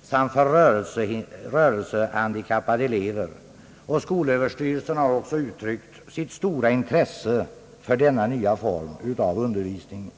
och för rörelsehindrade och handikappade elever, och skolöverstyrelsen har uttryckt sitt stora intresse för denna nya form av undervisningsplanering.